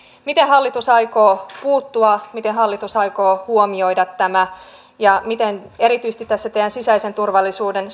miten hallitus aikoo puuttua miten hallitus aikoo huomioida tämän ja miten erityisesti tässä teidän sisäisen turvallisuuden